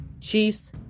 Chiefs